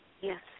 Yes